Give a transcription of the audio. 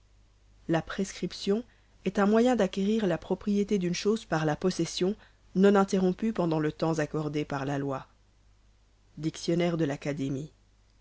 la prescription est un moyen d'acquérir la propriété d'une chose par la possession non interrompue pendant le temps accordé par la loi